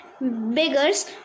beggars